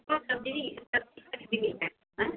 हमको सब्ज़ी सब्ज़ी ख़रीदने है हैं